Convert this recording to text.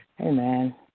Amen